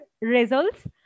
results